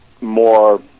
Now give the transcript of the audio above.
more